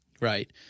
right